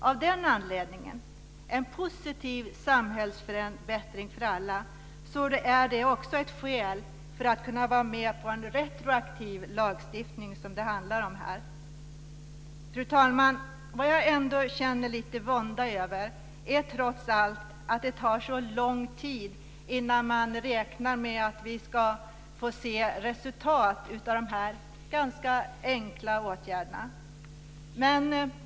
Av den anledningen - en positiv samhällsförändring för alla - är det också ett skäl för att kunna vara med på en retroaktiv lagstiftning, som det handlar om här. Fru talman! Vad jag känner lite vånda över är trots allt att det tar så lång tid innan man räknar med att vi ska få se resultat av dessa ganska enkla åtgärder.